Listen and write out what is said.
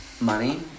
Money